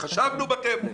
התחשבנו בכם,